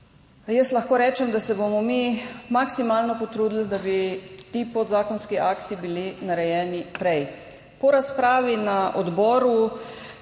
Jaz lahko rečem, da se bomo mi maksimalno potrudili, da bi bili ti podzakonski akti narejeni prej. Po razpravi na odboru